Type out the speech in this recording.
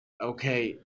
okay